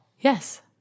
Yes